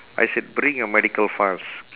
I said bring your medical files